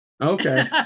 okay